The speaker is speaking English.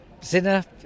Zinner